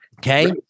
Okay